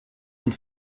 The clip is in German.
und